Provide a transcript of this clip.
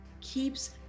keeps